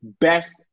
Best